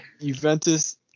Juventus